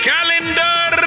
Calendar